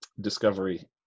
discovery